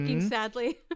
sadly